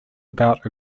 about